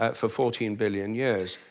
ah for fourteen billion years.